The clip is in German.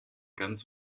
ganz